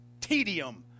tedium